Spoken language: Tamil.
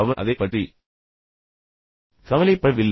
அவர் அதைப் பற்றி கவலைப்படவில்லை